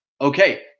okay